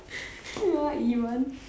what you want